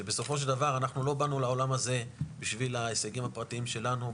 שבסופו של דבר אנחנו לא באנו לעולם הזה בשביל ההישגים הפרטיים שלנו,